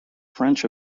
french